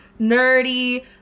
nerdy